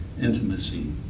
intimacy